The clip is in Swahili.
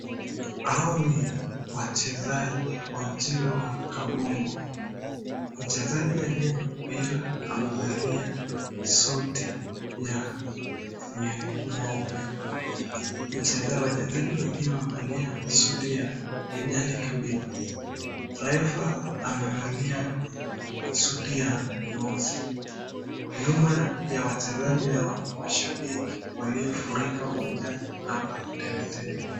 Hao ni wachezaji wa mchezo wa kabumbu. Mchezaji aliye na mpira amevalia suti ya nyeupe. Wachezaji wengine wamevalia suti ya kijani kibichi. Refa amevalia suti ya nyeusi. Nyuma ya wachezaji hawa ni mashabiki waliofurika uwanjani hapa Teletele.